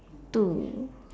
two